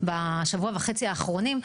בשבוע וחצי האחרונים,